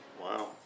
Wow